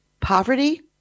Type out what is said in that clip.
Poverty